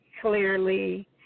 Clearly